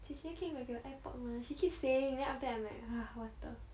姐姐可以买给我 airpod 吗 she keep saying then after that I like !hais! what the